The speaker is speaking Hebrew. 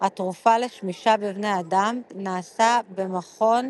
התרופה לשמישה בבני אדם, נעשה במכון